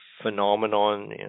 Phenomenon